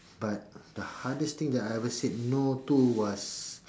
but the hardest thing that I ever said no to was